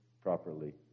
properly